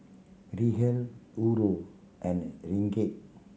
Riel Euro and Ringgit